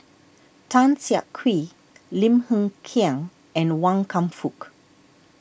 Tan Siak Kew Lim Hng Kiang and Wan Kam Fook